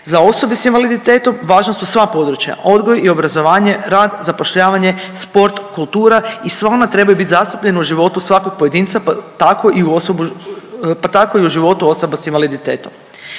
Za osobe s invaliditetom važna su sva područja odgoj i obrazovanje, rad i zapošljavanje, sport, kultura i sva ona trebaju biti zastupljena u životu svakog pojedinca pa tako i u osobu, pa tako i u životu osoba s invaliditetom.